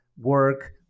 work